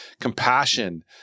compassion